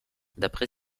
d’après